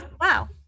Wow